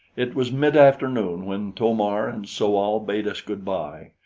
it was mid-afternoon when to-mar and so-al bade us good-bye.